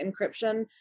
encryption